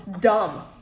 dumb